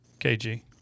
KG